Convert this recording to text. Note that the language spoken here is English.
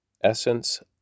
essence